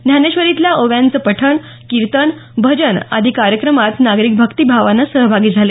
ज्ञानेश्वरीतल्या ओव्यांचं पठण कीर्तन भजन आदी कार्यक्रमात नागरिक भक्तिभावानं सहभागी झाले